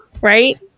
right